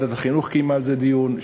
ועדת החינוך קיימה על זה דיון,